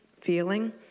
feeling